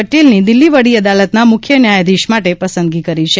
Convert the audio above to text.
પટેલની દિલ્હી વડી અદાલતના મુખ્ય ન્યાયાધીશ માટે પસંદગી કરી છે